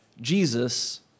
Jesus